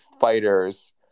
fighters